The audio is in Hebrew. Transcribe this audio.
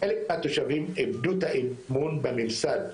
חלק מהתושבים איבדו את האמון בממסד,